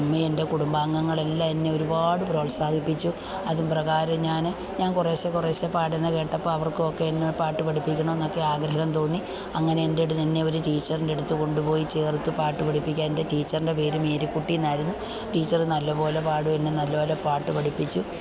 അമ്മയും എൻ്റെ കുടുംബാഗങ്ങളും എല്ലാം എന്നെ ഒരുപാട് പ്രോത്സാഹിപ്പിച്ചു അതു പ്രകാരം ഞാനും ഞാൻ കുറേശ്ശേ കുറേശ്ശെ പാടുന്നതുകേട്ടപ്പോൾ അവർക്കൊക്കെ എന്നെ പാട്ട് പഠിപ്പിക്കണമെന്നൊക്കെ ആഗ്രഹം തോന്നി അങ്ങനെ അവർ എന്നെ ഒരു ടീച്ചറിൻറെ അടുത്ത് കൊണ്ടുപോയി ചേർത്തു പാട്ട് പഠിപ്പിക്കാൻ എൻ്റെ ടീച്ചറിൻ്റെ പേര് മീരക്കുട്ടി എന്നായിരുന്നു ടീച്ചർ നല്ലപോലെ പാടും എന്നെ നല്ല പോലെ പാട്ടുപഠിപ്പിച്ചും